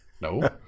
No